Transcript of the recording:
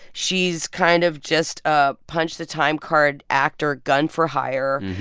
she's kind of just ah punched the time card actor, gun for hire,